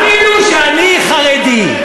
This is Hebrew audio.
אפילו שאני חרדי.